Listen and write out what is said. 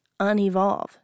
unevolve